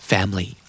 Family